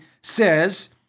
says